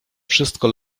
wszystko